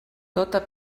tota